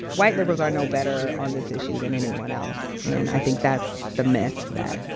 white liberals are no better on this issue than anyone else. and i think that's the myth, that,